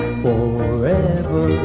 forever